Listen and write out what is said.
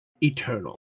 Eternal